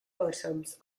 bottoms